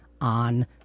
on